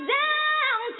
down